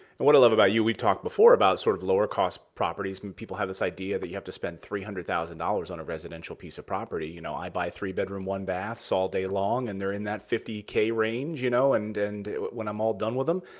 and what i love about you, we've talked before, about sort of lower-cost properties. people have this idea that you have to spend three hundred thousand dollars on a residential piece of property. you know i buy three-bedroom, one-baths all day long. and they're in that fifty k range. you know and and when i'm all done with them,